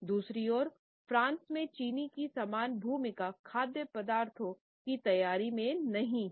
दूसरी ओर फ्रांस में चीनी की समान भूमिका खाद्य पदार्थों की तैयारी में नहीं है